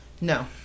No